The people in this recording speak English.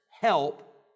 help